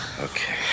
Okay